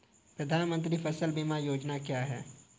प्रधानमंत्री फसल बीमा योजना क्या है?